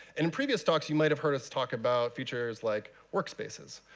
in previous talks, you might have heard us talk about features like workspaces.